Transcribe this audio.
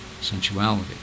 sensuality